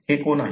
हे कोण आहे